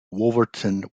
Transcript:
wolverhampton